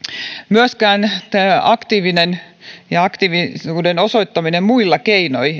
myöskään aktiivisuuden osoittaminen muilla keinoin